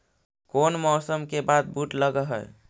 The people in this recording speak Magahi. कोन मौसम के बाद बुट लग है?